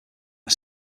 are